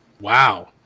Wow